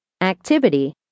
Activity